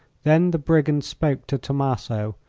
then the brigand spoke to tommaso,